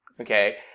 okay